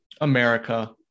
america